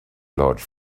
large